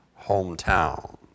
hometown